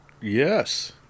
Yes